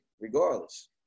regardless